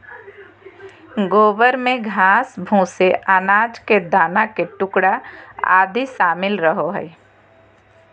गोबर में घास, भूसे, अनाज के दाना के टुकड़ा आदि शामिल रहो हइ